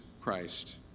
Christ